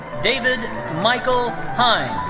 david michael heim.